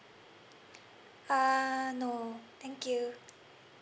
err no thank you